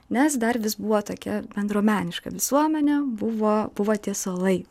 nes dar vis buvo tokia bendruomeniška visuomenė buvo buvo tie suolai